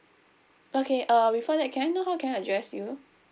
okay uh before that can I know how can I address you